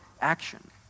action